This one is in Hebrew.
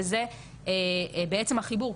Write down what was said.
וזה בעצם החיבור,